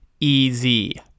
Easy